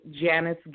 Janice